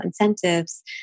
incentives